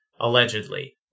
Allegedly